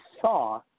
saw